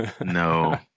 No